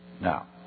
Now